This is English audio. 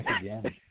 again